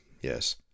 yes